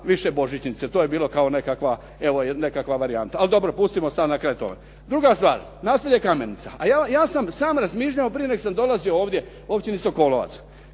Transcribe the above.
kuna Božićnice. To je bilo kao nekakva varijanta. Ali dobro, pustimo to na kraju. Druga stvar, naselje Kamenica, a ja sam samo razmišljao prije nego sam dolazio ovdje o općini Sokolovac.